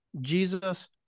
Jesus